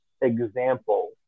example